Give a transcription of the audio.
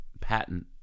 patent